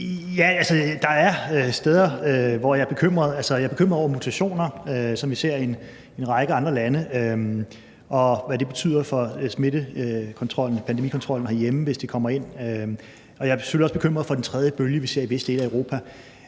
jeg er bekymret. Jeg er bekymret over mutationer, som vi ser i en række andre lande, og hvad det betyder for smittekontrollen, pandemikontrollen herhjemme, hvis de kommer til Danmark. Jeg er selvfølgelig også bekymret for den tredje bølge, som vi ser i visse dele af Europa.